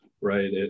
right